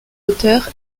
auteurs